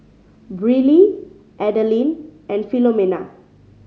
Briley Adeline and Philomena